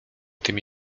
tymi